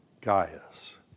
Gaius